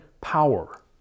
power